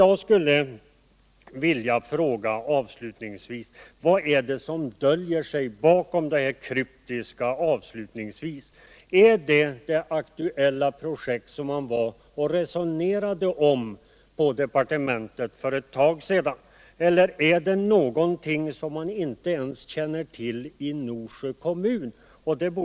Jag skulle vilja fråga: Vad döljer sig bakom svarets kryptiska avslutning? Är det det aktuella projekt som man resonerade med departementet om för ett tag sedan eller är det något, som man inte ens känner till i Norsjö kommun?